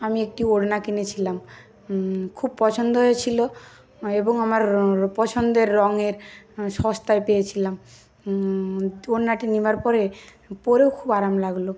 আমি একটি ওড়না কিনেছিলাম খুব পছন্দ হয়েছিল এবং আমার পছন্দের রঙের সস্তায় পেয়েছিলাম ওড়নাটি নেওয়ার পরে পরেও খুব আরাম লাগলো